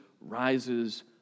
rises